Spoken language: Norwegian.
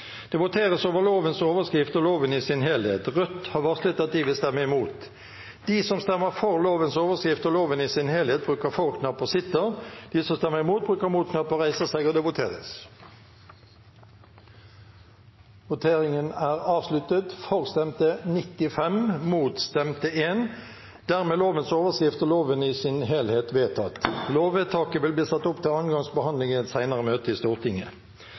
Det voteres over lovens overskrift og loven i sin helhet. Arbeiderpartiet, Senterpartiet, Sosialistisk Venstreparti og Rødt har varslet at de vil stemme imot. Lovvedtaket vil bli ført opp til andre gangs behandling i et senere møte i Stortinget. Det voteres over lovens overskrift og loven i sin helhet. Lovvedtaket vil bli ført opp til andre gangs behandling i et senere møte i Stortinget.